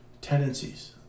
tendencies